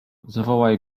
zawołaj